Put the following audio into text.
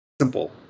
simple